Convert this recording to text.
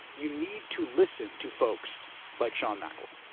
you need to listen to folks like sean mcelwee.